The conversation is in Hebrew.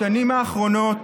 בשנים האחרונות